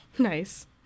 Nice